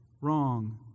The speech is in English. wrong